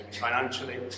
financially